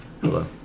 Hello